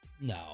No